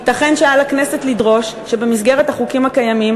ייתכן שעל הכנסת לדרוש שבמסגרת החוקים הקיימים